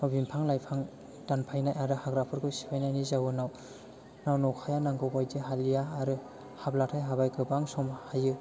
बिफां लाइफां दानफायनाय आरो हाग्राफोरखौ सिफायनायनि जाउनाव दा अखाया नांगौबायदि हालिया आरो हाबाथाय हाबाय गोबां सम हायो